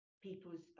people's